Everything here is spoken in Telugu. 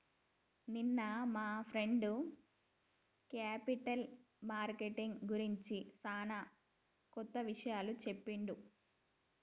నిన్న మా ఫ్రెండ్ క్యాపిటల్ మార్కెటింగ్ గురించి సానా కొత్త విషయాలు చెప్పిండు